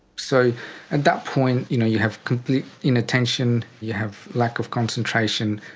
so at that point you know you have complete inattention, you have lack of concentration,